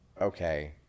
okay –